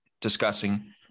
discussing